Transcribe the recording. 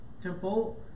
temple